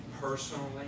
personally